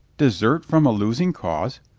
desert from a losing cause?